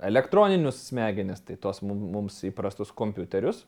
elektroninius smegenis tai tuos mum mums įprastus kompiuterius